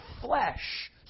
flesh